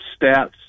stats